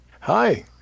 Hi